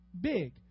big